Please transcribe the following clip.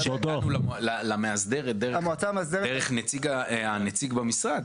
הגענו למאסדרת דרך הנציג במשרד.